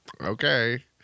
Okay